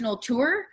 tour